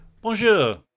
Bonjour